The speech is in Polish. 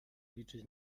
liczyć